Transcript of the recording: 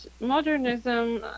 modernism